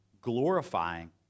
glorifying